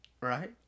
Right